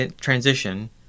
transition